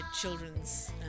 children's